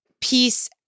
peace